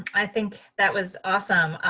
i think that was awesome.